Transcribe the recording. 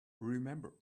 remember